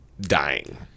dying